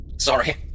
Sorry